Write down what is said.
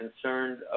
concerned